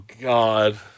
God